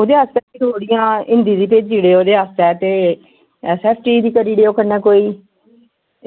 ओह्दे आस्तै थोह्ड़ियां हिंदी दी भेजी ओड़ेओ ओह्दे आस्तै ते एस एस टी दी करी ओड़ेओ कन्नै कोई